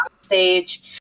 stage